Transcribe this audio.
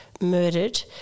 murdered